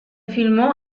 filmó